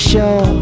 Show